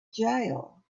jail